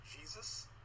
Jesus